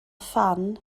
phan